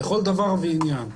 לכל דבר ועניין.